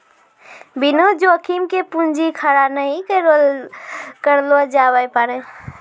बिना जोखिम के पूंजी खड़ा नहि करलो जावै पारै